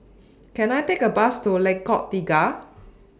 Can I Take A Bus to Lengkok Tiga